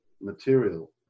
material